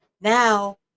now